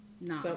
No